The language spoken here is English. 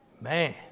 Man